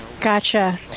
gotcha